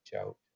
out